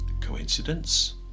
Coincidence